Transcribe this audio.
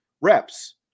reps